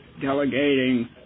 delegating